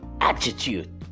attitude